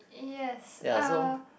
yes uh